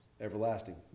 everlasting